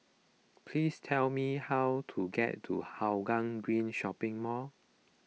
please tell me how to get to Hougang Green Shopping Mall